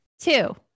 Two